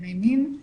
עברייני מין.